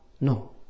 no